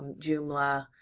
joomla,